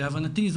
להבנתי,